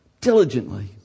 Diligently